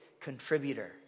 contributor